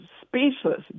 speechless